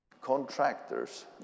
Contractors